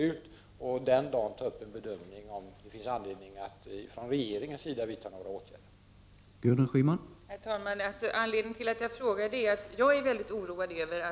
Då får man göra en bedömning av om det finns anledning för regeringen att vidta några åtgärder.